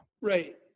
Right